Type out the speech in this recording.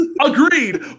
Agreed